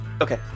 okay